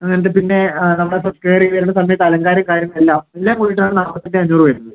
അത് കഴിഞ്ഞിട്ട് പിന്നെ നമ്മുടെ കയറി വരുന്ന സമയത്ത് അലങ്കരിക്കാനും എല്ലാ എല്ലാം കൂടിയിട്ട് ആണ് നാല്പത്തഞ്ചെ അഞ്ഞൂറ് വരുന്നത്